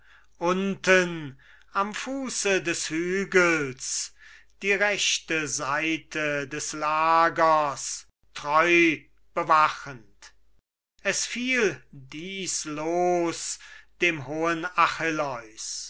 unten am fuße des hügels die rechte seite des lagers treu bewachend es fiel dies los dem hohen